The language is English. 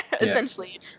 essentially